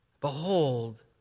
Behold